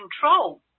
control